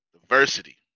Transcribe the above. Diversity